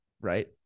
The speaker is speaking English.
right